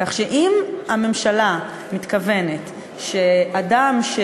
כך שאם הממשלה מתכוונת שאדם,